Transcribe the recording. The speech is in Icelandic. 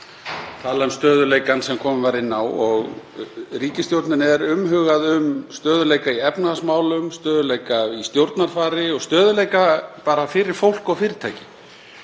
að tala um stöðugleikann sem komið var inn á. Ríkisstjórninni er umhugað um stöðugleika í efnahagsmálum, stöðugleika í stjórnarfari og stöðugleika bara fyrir fólk og fyrirtæki.